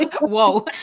Whoa